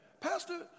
Pastor